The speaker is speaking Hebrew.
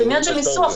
זה עניין של ניסוח,